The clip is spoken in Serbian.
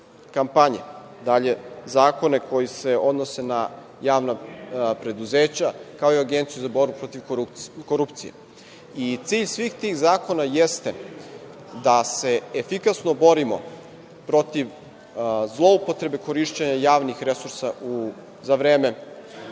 kampanje, zakone koji se odnose na javna preduzeća, kao i Agenciju za borbu protiv korupcije. Cilj svih tih zakona jeste da se efikasno borimo protiv zloupotrebe korišćenja javnih resursa za vreme izborne